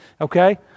Okay